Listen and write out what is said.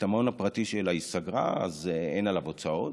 המעון הפרטי שלה היא סגרה, אז אין עליו הוצאות.